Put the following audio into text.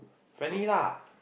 friendly lah